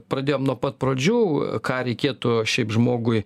pradėjom nuo pat pradžių ką reikėtų šiaip žmogui